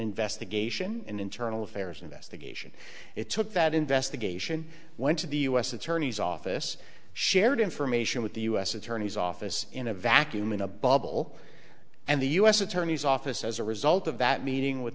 investigation an internal affairs investigation it took that investigation went to the u s attorney's office shared information with the u s attorney's office in a vacuum in a bubble and the u s attorney's office as a result of that meeting with